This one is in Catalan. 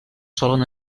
solen